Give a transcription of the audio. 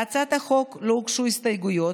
להצעת החוק לא הוגשו הסתייגויות,